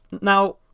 Now